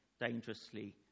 dangerously